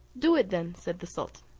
do it then, said the sultan,